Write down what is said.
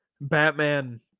Batman